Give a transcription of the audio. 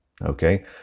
Okay